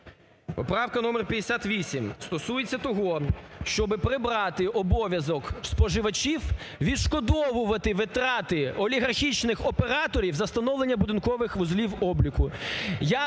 Поправка номер 58 стосується того, щоби прибрати обов'язок споживачів відшкодовувати витрати олігархічних операторів за встановлення будинкових вузлів обліку.